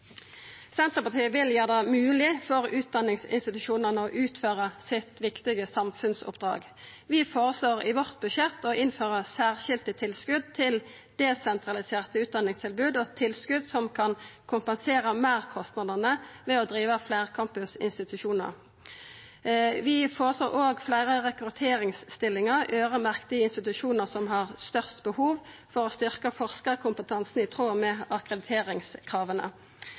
Senterpartiet vil gjera det mogleg for utdanningsinstitusjonane å utføra sitt viktige samfunnsoppdrag. Vi føreslår i vårt budsjett å innføra særskilde tilskot til desentraliserte utdanningstilbod og tilskot som kan kompensera meirkostnadane ved å driva fleircampusinstitusjonar. Vi føreslår òg fleire rekrutteringsstillingar som er øyremerkte dei institusjonane som har størst behov for å styrkja forskarkompetansen i tråd med